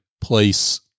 place